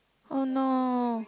oh no